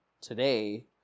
today